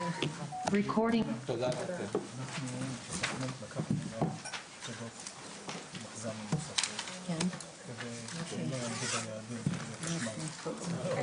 הישיבה ננעלה בשעה 15:59.